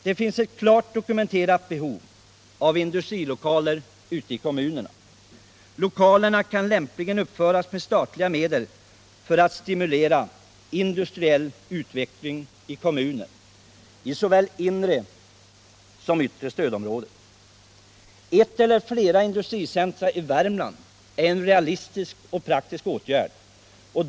Det finns ett klart dokumenterat behov av industrilokaler ute i kommunerna. Lokalerna kan lämpligen uppföras med statliga medel för att stimulera industriell utveckling i kommuner, såväl i inre som i yttre stödområdet. Ett industricentrum — eller flera industricentra —- i Värmland är en realistisk och praktisk åtgärd.